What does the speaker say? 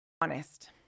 honest